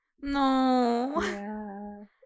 No